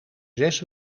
zes